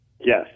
Yes